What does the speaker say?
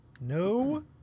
No